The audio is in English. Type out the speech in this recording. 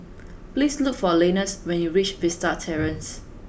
please look for Leonidas when you reach Vista Terrace